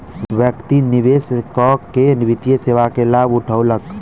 व्यक्ति निवेश कअ के वित्तीय सेवा के लाभ उठौलक